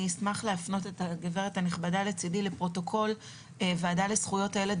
אני אשמח להפנות את הגברת הנכבדה לצדי לפרוטוקול הוועדה לזכויות הילד,